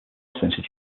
introduced